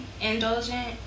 indulgent